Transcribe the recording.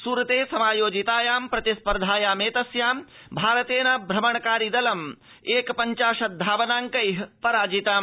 सूरते समायोजितायां प्रतिस्पर्धायामस्यां भारतेन भ्रमणकोरिदलम् एकपञ्चाशद धावनाड्कैः पराजितम्